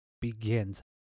begins